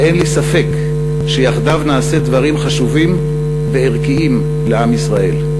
ואין לי ספק שיחדיו נעשה דברים חשובים וערכיים לעם ישראל.